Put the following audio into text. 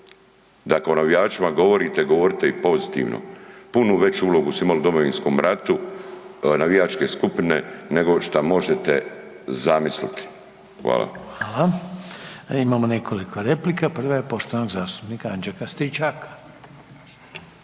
ako o navijačima govorite, govorite i pozitivno. Punu veću ulogu su imali u Domovinskom ratu navijačke skupine nego šta možete zamisliti. Hvala. **Reiner, Željko (HDZ)** Hvala. Imamo nekoliko replika, prva je poštovanog zastupnika Anđelka Stričaka.